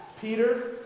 Peter